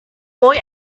boy